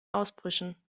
ausbrüchen